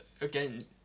again